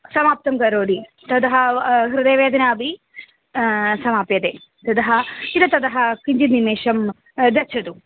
समाप्तं करोति तदा हृदयवेदनापि समाप्यते तदा इतः ततः किञ्चित् निमेषं गच्छतु